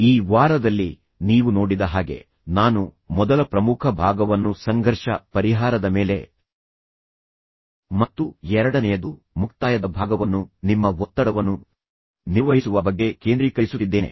ಈ ವಾರದಲ್ಲಿ ನೀವು ನೋಡಿದ ಹಾಗೆ ನಾನು ಮೊದಲ ಪ್ರಮುಖ ಭಾಗವನ್ನು ಸಂಘರ್ಷ ಪರಿಹಾರದ ಮೇಲೆ ಮತ್ತು ಎರಡನೆಯದು ಮುಕ್ತಾಯದ ಭಾಗವನ್ನು ನಿಮ್ಮ ಒತ್ತಡವನ್ನು ನಿರ್ವಹಿಸುವ ಬಗ್ಗೆ ಕೇಂದ್ರೀಕರಿಸುತ್ತಿದ್ದೇನೆ